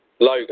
logo